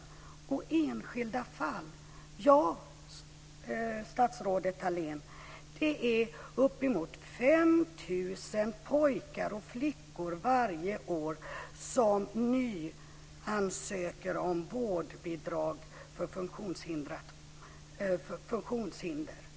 Beträffande enskilda fall så är det föräldrar till uppemot 5 000 pojkar och flickor som varje år nyansöker om vårdbidrag med anledning av funktionshinder.